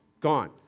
gone